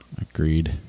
Agreed